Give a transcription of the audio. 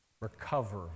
Recover